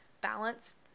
balance